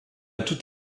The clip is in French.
tout